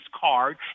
card